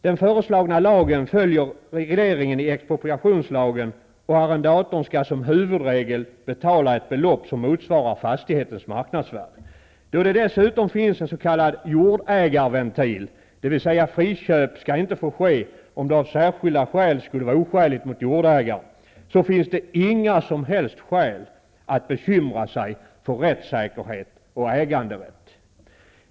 Den föreslagna lagen följer regleringen i expropriationslagen, och arrendatorn skall som huvudregel betala ett belopp som motsvarar fastighetens marknadsvärde. Då det dessutom finns en s.k. jordägarventil, dvs. att friköp inte skall få ske om det av särskilda skäl skulle vara oskäligt mot jordägaren, finns det inga som helst skäl att bekymra sig för rättssäkerhet och äganderätt.